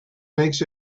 makes